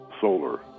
solar